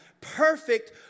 perfect